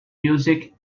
music